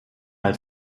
als